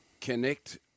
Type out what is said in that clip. connect